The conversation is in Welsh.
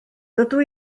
dydw